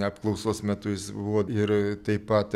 apklausos metu jis buvo ir taip pat